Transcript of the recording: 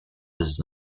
does